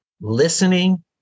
Listening